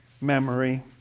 memory